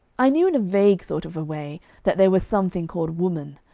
i knew in a vague sort of a way that there was something called woman,